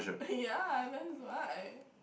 yeah that's why